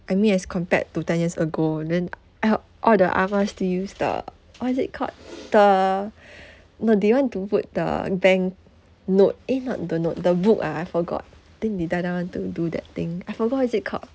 I mean as compared to ten years ago then I'll all the ah mas still use the what is it called the no they want to put the bank note eh not the note the book ah I forgot think they die die want to do that thing I forgot what is it called